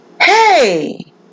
Hey